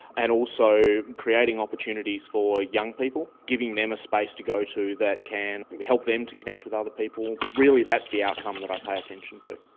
and also creating opportunities for young people, and giving them a space to go to that can help them to connect with other people. really that's the outcome that i pay attention to.